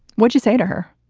what do you say to her?